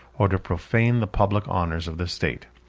or to profane the public honors of the state.